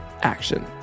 action